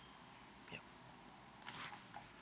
yup